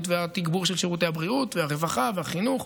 והתגבור של שירותי הבריאות והרווחה והחינוך,